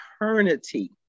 eternity